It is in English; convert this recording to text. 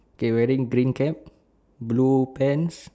okay wearing green cap blue pants